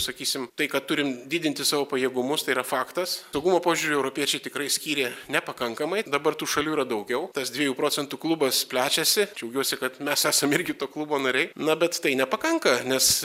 sakysim tai kad turim didinti savo pajėgumus tai yra faktas saugumo požiūriu europiečiai tikrai skyrė nepakankamai dabar tų šalių yra daugiau tas dviejų procentų klubas plečiasi džiaugiuosi kad mes esam irgi to klubo nariai na bet tai nepakanka nes